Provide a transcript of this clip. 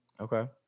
Okay